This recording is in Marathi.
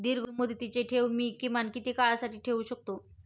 दीर्घमुदतीचे ठेव मी किमान किती काळासाठी ठेवू शकतो?